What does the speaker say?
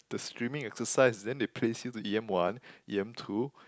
the streaming exercise then they place you to e_m one e_m two